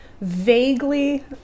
vaguely